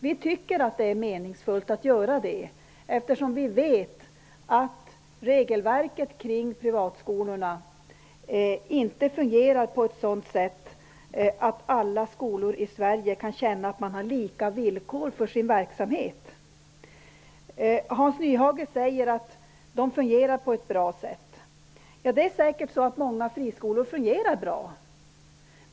Vi tycker att det är meningsfullt att göra det eftersom vi vet att regelverket kring privatskolorna inte fungerar på ett sådant sätt att alla skolor i Sverige kan känna att de har lika villkor för sin verksamhet. Hans Nyhage säger att de fungerar på ett bra sätt. Det är säkert så att många friskolor fungerar bra.